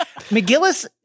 McGillis